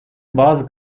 bazı